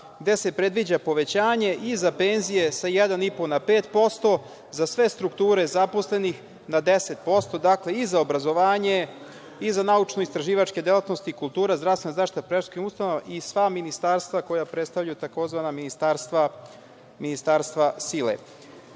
gde se predviđa povećanje i za penzije sa 1,5% na 5%, za sve strukture zaposlenih na 10%, dakle, i za obrazovanje i za naučno-istraživačke delatnosti, kultura, zdravstvena zaštita, predškolske ustanove i sva ministarstva koja predstavljaju tzv. ministarstva sile. Što